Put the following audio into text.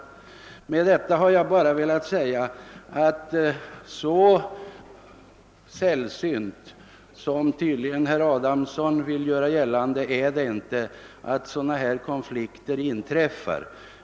Med detta har jag bara velat säga att sådana här konflikter tydligen inte är så. sällsynta som herr Adamsson vill göra gällande.